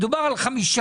מדובר על חמש.